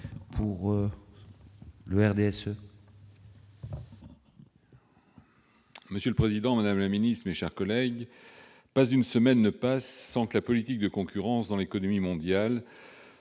Monsieur le président, madame la secrétaire d'État, mes chers collègues, pas une semaine ne passe sans que la politique de concurrence dans l'économie mondiale